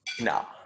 No